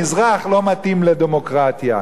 המזרח לא מתאים לדמוקרטיה.